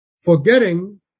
forgetting